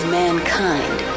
mankind